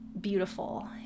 beautiful